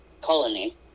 colony